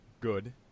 good